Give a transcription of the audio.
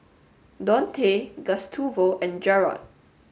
Dontae Gustavo and